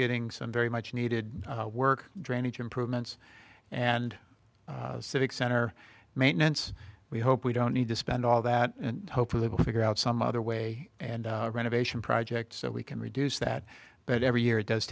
getting some very much needed work drainage improvements and civic center maintenance we hope we don't need to spend all that and hopefully we'll figure out some other way and renovation project so we can reduce that but every year it does